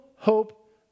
hope